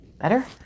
better